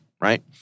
right